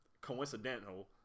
coincidental